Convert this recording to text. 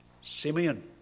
Simeon